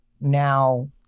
now